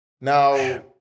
Now